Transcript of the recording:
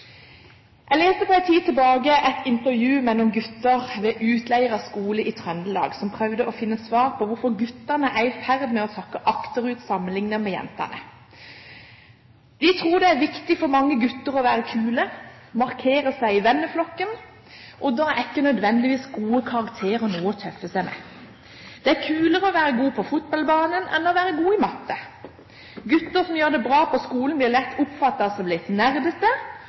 Jeg leste for en tid tilbake et intervju med noen gutter ved Utleira skole i Trøndelag som prøvde å finne svar på hvorfor guttene er i ferd med å sakke akterut sammenlignet med jentene. De tror det er viktig for mange gutter å være kule og markere seg i venneflokken. Da er ikke nødvendigvis gode karakterer noe å tøffe seg med. Det er kulere å være god på fotballbanen enn å være god i matte. Gutter som gjør det bra på skolen, blir lett oppfattet som litt